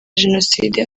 jenoside